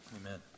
Amen